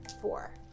four